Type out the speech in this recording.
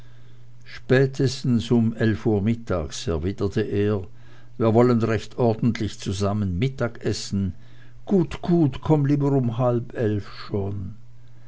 spätestens um eilf uhr mittags erwiderte er wir wollen recht ordentlich zusammen mittag essen gut gut komm lieber um halb eilf schon